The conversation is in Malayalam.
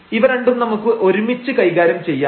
ഇവ രണ്ടും നമുക്ക് വീണ്ടും ഒരുമിച്ച് കൈകാര്യം ചെയ്യാം